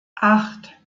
acht